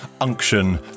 unction